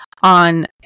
on